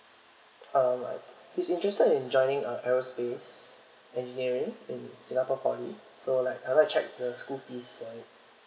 uh he's interested in joining uh aerospace engineering in singapore poly so like I'd like check the school fees and